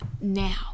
now